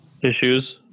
issues